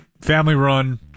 Family-run